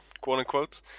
quote-unquote